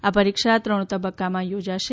આ પરીક્ષા ત્રણ તબક્કામાં યોજાશે